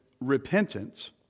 repentance